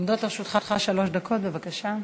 עומדות לרשותך שלוש דקות, בבקשה.